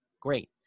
Great